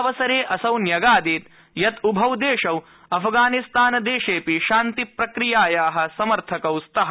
अत्रावसरे असौ न्यगादीत् यत् उभौ देशौ अफगानिस्तान देशेऽपि शान्तिप्रक्रियाया समर्थकौ स्तः